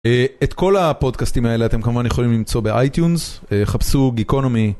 את כל הפודקאסטים האלה אתם כמובן יכולים למצוא באייטיונס, חפשו Geekonomy.